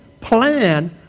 plan